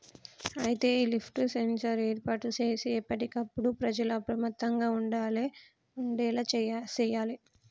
అయితే ఈ lift sensor ఏర్పాటు సేసి ఎప్పటికప్పుడు ప్రజల అప్రమత్తంగా ఉండేలా సేయాలి